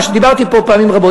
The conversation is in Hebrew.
מה שדיברתי פה פעמים רבות,